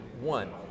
one